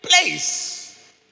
place